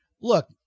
look